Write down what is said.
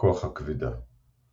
כוח הכבידה